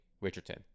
Richardson